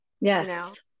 yes